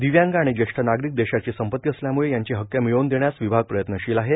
दिव्यांग आणि ज्येष्ठ नागरिक देशाची संपत्ती असल्यामुळं यांचे हक्क मिळव्न देण्यास विभाग प्रयत्नशील आहे